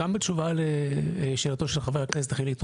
גם בתשובה לשאלתו של חבר הכנסת חילי טרופר.